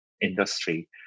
industry